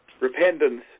Repentance